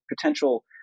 potential